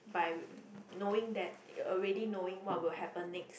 by knowing that already knowing what will happen next